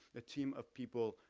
a team of people,